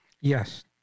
Yes